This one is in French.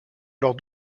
alors